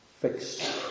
fixed